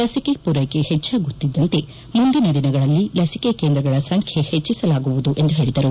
ಲಸಿಕೆ ಪೂರೈಕೆ ಹೆಚ್ಚಾಗುತ್ತಿದ್ದಂತೆ ಮುಂದಿನ ದಿನಗಳಲ್ಲಿ ಲಸಿಕೆ ಕೇಂದ್ರಗಳ ಸಂಖ್ಯೆ ಹೆಚ್ಚಿಸಲಾಗುವುದು ಎಂದು ಹೇಳಿದರು